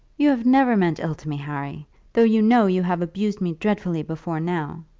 you have never meant ill to me, harry though you know you have abused me dreadfully before now.